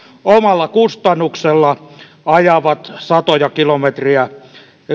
omalla kustannuksellaan ajavat satoja kilometrejä